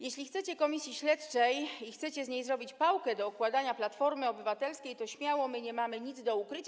Jeśli chcecie komisji śledczej i chcecie z niej zrobić pałkę do okładania Platformy Obywatelskiej, to śmiało, my nie mamy nic do ukrycia.